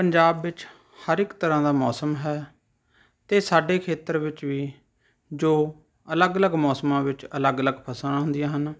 ਪੰਜਾਬ ਵਿੱਚ ਹਰ ਇੱਕ ਤਰ੍ਹਾਂ ਦਾ ਮੌਸਮ ਹੈ ਅਤੇ ਸਾਡੇ ਖੇਤਰ ਵਿੱਚ ਵੀ ਜੋ ਅਲੱਗ ਅਲੱਗ ਮੌਸਮਾਂ ਵਿੱਚ ਅਲੱਗ ਅਲੱਗ ਫਸਲਾਂ ਹੁੰਦੀਆਂ ਹਨ